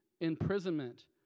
imprisonment